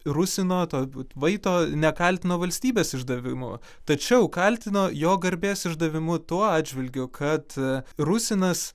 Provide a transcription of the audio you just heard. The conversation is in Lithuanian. rusino to vaito nekaltino valstybės išdavimu tačiau kaltino jo garbės išdavimu tuo atžvilgiu kad rusinas